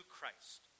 Christ